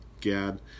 gad